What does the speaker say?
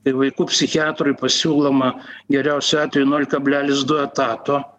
kai vaikų psichiatrui pasiūloma geriausiu atveju nol kablelis du etato